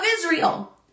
israel